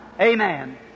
Amen